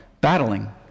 battling